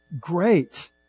Great